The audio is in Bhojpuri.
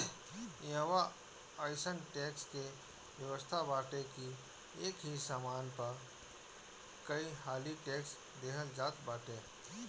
इहवा अइसन टेक्स के व्यवस्था बाटे की एकही सामान पअ कईहाली टेक्स देहल जात बाटे